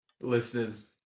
listeners